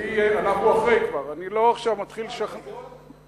אנחנו כבר אחרי, אני לא מתחיל לשכנע עכשיו.